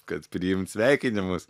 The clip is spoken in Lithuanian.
kad priimt sveikinimus